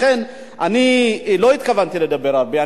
אני לא התכוונתי לדבר הרבה.